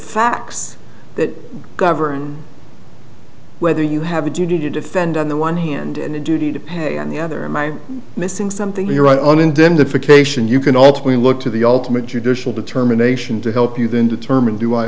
facts that govern whether you have a duty to defend on the one hand and the duty to pay on the other am i missing something you're right on indemnification you can also look to the ultimate judicial determination to help you then determine do i